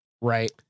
right